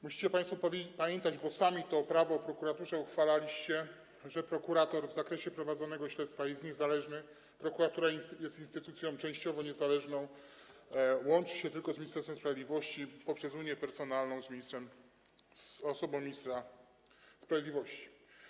Musicie państwo pamiętać, bo sami to Prawo o prokuraturze uchwaliliście, że prokurator w zakresie prowadzonego śledztwa jest niezależny, prokuratura jest instytucją częściowo niezależną, łączy się tylko z Ministerstwem Sprawiedliwości poprzez unię personalną z osobą ministra sprawiedliwości.